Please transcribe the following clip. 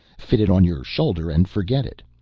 fit it on your shoulder and forget it.